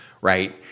right